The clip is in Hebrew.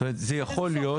זאת אומרת, זה יכול להיות.